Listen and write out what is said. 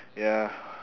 ya